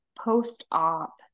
post-op